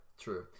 true